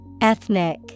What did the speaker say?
Ethnic